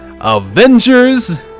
Avengers